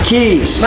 Keys